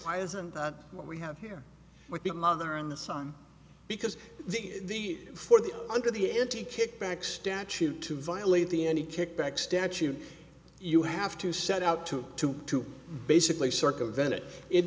why isn't what we have here with the mother and the son because the the for the under the n t kickback statute to violate the any kickback statute you have to set out to to to basically circumvent it it